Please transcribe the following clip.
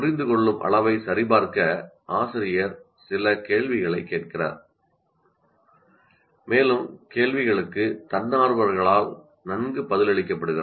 புரிந்துகொள்ளும் அளவை சரிபார்க்க ஆசிரியர் சில கேள்விகளைக் கேட்கிறார் மேலும் கேள்விகளுக்கு தன்னார்வலர்களால் நன்கு பதிலளிக்கப்படுகிறது